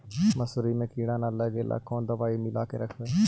मसुरी मे किड़ा न लगे ल कोन दवाई मिला के रखबई?